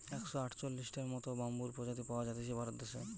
একশ আটচল্লিশটার মত বাম্বুর প্রজাতি পাওয়া জাতিছে ভারত দেশে